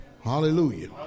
Hallelujah